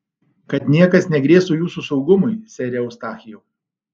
kad niekas negrėstų jūsų saugumui sere eustachijau